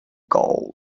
gold